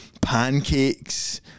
pancakes